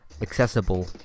accessible